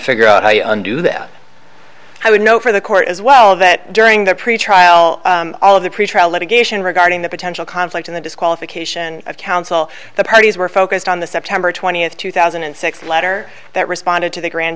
figure out how you undo that i would know for the court as well that during that preach trial all of the pretrial litigation regarding the conflict in the disqualification of counsel the parties were focused on the september twentieth two thousand and six letter that responded to the grand